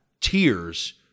tears